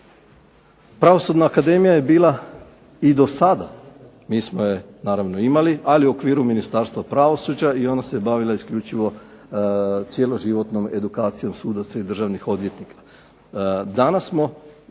Pravosudna akademija je bila i do sada, mi smo je naravno imali, ali u okviru Ministarstva pravosuđa i ona se bavila isključivo cjeloživotnom edukacijom sudaca i državnih odvjetnika.